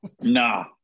Nah